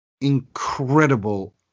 incredible